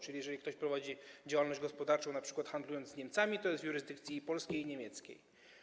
Czyli jeżeli ktoś prowadzi działalność gospodarczą, np. handlując z Niemcami, podlega jurysdykcji polskiej i niemieckiej.